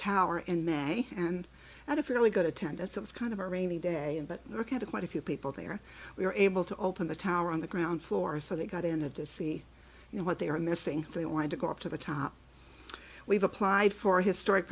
tower and men and had a fairly good attendance of kind of a rainy day but looking to quite a few people there we were able to open the tower on the ground floor so they got into the see what they are missing they wanted to go up to the top we've applied for historic